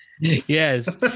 Yes